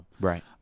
right